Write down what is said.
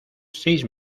seis